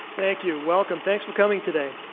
thank you. welcome. thanks for coming today,